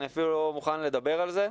דבר שאני אפילו לא מוכן לדבר עליו.